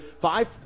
Five